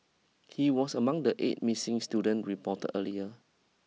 he was among the eight missing student reported earlier